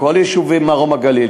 כל יישובי מרום-הגליל,